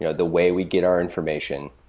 you know the way we get our information,